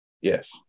yes